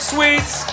Sweets